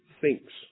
thinks